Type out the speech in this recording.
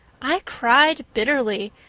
i cried bitterly,